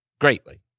greatly